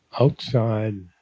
Outside